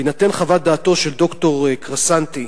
בהינתן חוות דעתו של ד"ר קרסנטי,